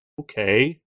Okay